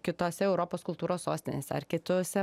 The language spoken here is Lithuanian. kitose europos kultūros sostinėse ar kituose